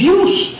use